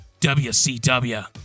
WCW